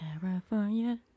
California